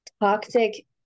toxic